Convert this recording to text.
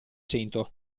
cento